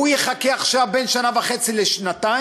הוא יחכה עכשיו בין שנה וחצי לשנתיים